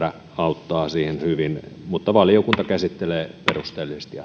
ja sähköpolkupyörä auttaa siihen hyvin mutta valiokunta käsittelee perusteellisesti